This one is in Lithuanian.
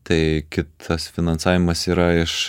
tai kitas finansavimas yra iš